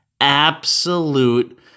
absolute